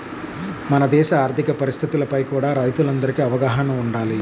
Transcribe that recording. మన దేశ ఆర్ధిక పరిస్థితులపై కూడా రైతులందరికీ అవగాహన వుండాలి